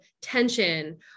tension